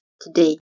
today